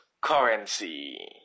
currency